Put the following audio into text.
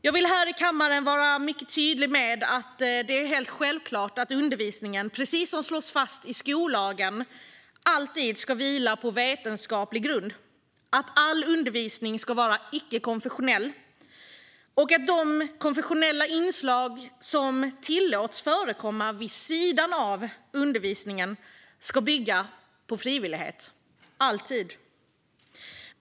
Jag vill här i kammaren vara mycket tydlig med att det är helt självklart att undervisningen, precis som slås fast i skollagen, alltid ska vila på vetenskaplig grund, att all undervisning ska vara icke-konfessionell och att de konfessionella inslag som tillåts förekomma vid sidan av undervisningen alltid ska bygga på frivillighet.